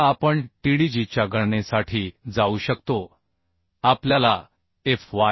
आता आपण Tdg च्या गणनेसाठी जाऊ शकतो आपल्याला Fy